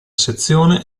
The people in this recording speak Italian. sezione